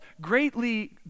greatly